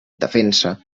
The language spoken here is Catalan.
defensa